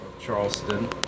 Charleston